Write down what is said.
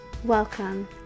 Welcome